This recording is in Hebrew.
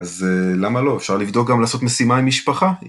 אז למה לא? אפשר לבדוק גם לעשות משימה עם משפחה?